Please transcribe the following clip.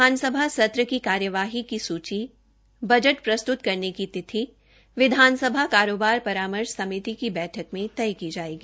विधानसभा सत्र की कार्यवाही की सूची बजट प्रस्तूत करने की तिथि विधानसभा कारोबार परामर्श समिति की बैठक में तय की जायेगी